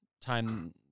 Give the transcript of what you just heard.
time